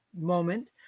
moment